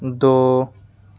دو